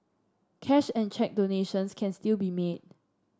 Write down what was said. cash and cheque donations can still be made